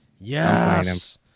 Yes